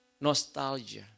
nostalgia